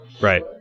right